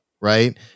right